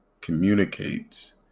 communicates